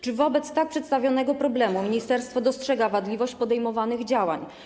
Czy wobec tak przedstawionego problemu ministerstwo dostrzega wadliwość podejmowanych działań?